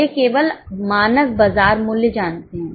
वे केवल मानक बाजार मूल्य जानते हैं